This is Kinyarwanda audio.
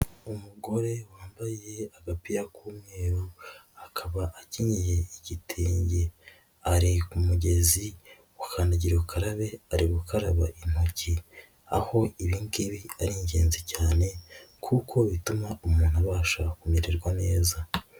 Umugore wambaye agapira k'umweru akaba akinyeye igitenge, ari ku mugezi wa kandagira ukarabe, ari gukaraba intoki, aho ibingibi ari ingenzi cyane kuko bituma umuntu abasha kumererwa neza.